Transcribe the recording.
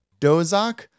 Dozak